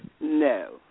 no